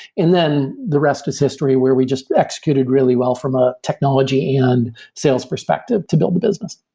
and then the rest is history where we just executed really well from a technology and sales perspective to build the business.